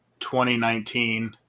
2019